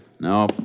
No